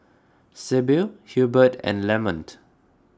Sybil Hilbert and Lamont